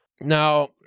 Now